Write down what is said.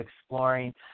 exploring